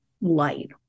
light